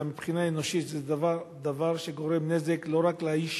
אלא מבחינה אנושית זה דבר שגורם נזק לא רק לאיש